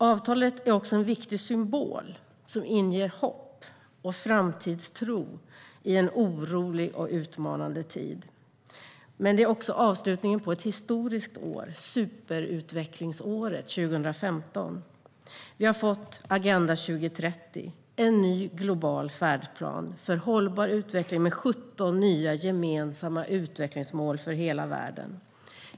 Avtalet är också en viktig symbol som inger hopp och framtidstro i en orolig och utmanande tid. Men det är också avslutningen på ett historiskt år, superutvecklingsåret 2015. I Agenda 2030 har vi fått en ny global färdplan för hållbar utveckling med 17 nya gemensamma utvecklingsmål för hela världen.